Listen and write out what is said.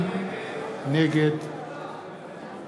נגד